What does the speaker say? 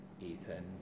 Ethan